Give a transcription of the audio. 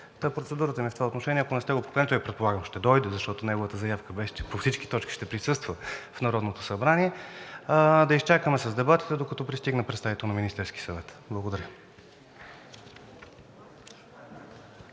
Та, процедурата ми е в това отношение. Ако не сте го поканили, той предполагам ще дойде, защото неговата заявка беше, че по всички точки ще присъства в Народното събрание, да изчакаме с дебатите, докато пристигне представител на Министерския съвет. Благодаря.